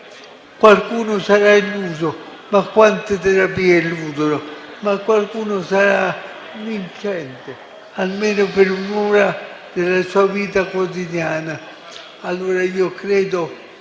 Qualcuno sarà illuso (ma quante terapie illudono?), ma qualcuno sarà vincente, almeno per un'ora della sua vita quotidiana. Allora io credo